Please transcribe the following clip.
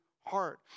heart